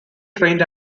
trained